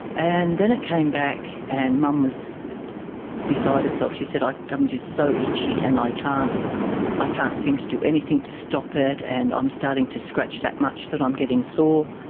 and then it came back and mum was beside herself. she said, um i'm just so itchy and i can't i can't seem to do anything to stop it, and i'm starting to scratch that much that i'm getting sore.